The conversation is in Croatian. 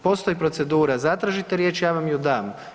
Postoji procedura, zatražite riječ ja vam ju dam.